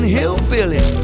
Hillbilly